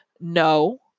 no